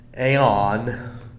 Aeon